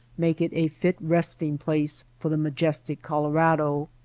make it a fit resting-place for the majestic colorado.